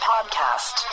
Podcast